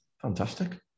Fantastic